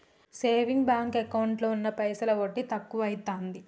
saving bank ఎకౌంటులో ఉన్న పైసలు వడ్డి తక్కువైతాంది